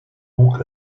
book